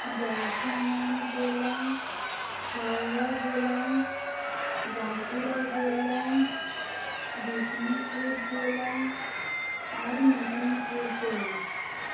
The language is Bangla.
বর্ধমান জেলা হাওড়া জেলা বাঁকুড়া জেলা বিষ্ণুপুর জেলা আর মেদিনীপুর জেলা